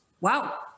wow